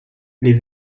les